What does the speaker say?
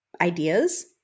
ideas